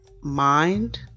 mind